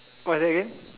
what is that again